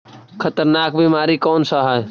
खतरनाक बीमारी कौन सा है?